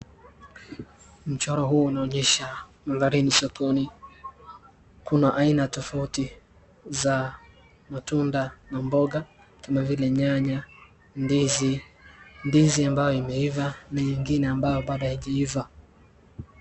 Mchoro huu unaonyesha mandari sokoni. Kuna aina tofauti za matunda na mboga kama vile nyanya, ndizi ndizi ambayo imeiva na nyingine ambayo bado haijaivaa.